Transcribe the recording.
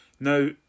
Now